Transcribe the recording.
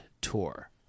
tour